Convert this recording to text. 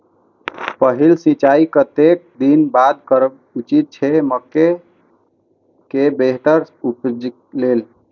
पहिल सिंचाई कतेक दिन बाद करब उचित छे मके के बेहतर उपज लेल?